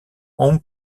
hong